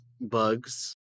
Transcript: Bugs